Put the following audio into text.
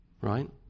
Right